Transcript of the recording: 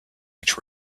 each